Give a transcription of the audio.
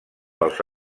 pels